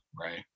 right